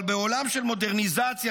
אבל בעולם של מודרניזציה,